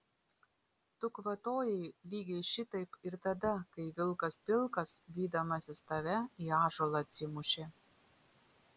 tu kvatojai lygiai šitaip ir tada kai vilkas pilkas vydamasis tave į ąžuolą atsimušė